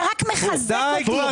אתה רק מחזק אותי.